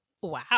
wow